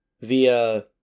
via